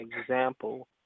example